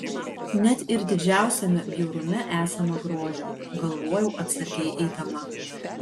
net ir didžiausiame bjaurume esama grožio galvojau atsargiai eidama